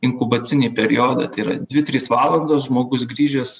inkubacinį periodą tai yra dvi trys valandos žmogus grįžęs